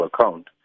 account